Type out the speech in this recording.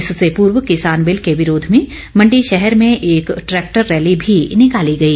इससे पूर्व किसान बिल के विरोध में मंडी शहर में एक ट्रैक्टर रैली भी निकाली गई